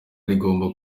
rigomba